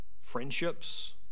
friendships